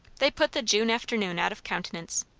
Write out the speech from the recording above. they put the june afternoon out of countenance.